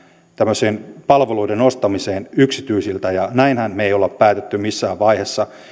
tämmöiseen palveluiden ostamiseen yksityisiltä ja näinhän me emme ole päättäneet missään vaiheessa